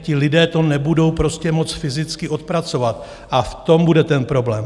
Ti lidé to nebudou moct fyzicky odpracovat a v tom bude ten problém.